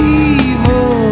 evil